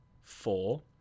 four